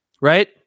right